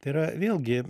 tai yra vėlgi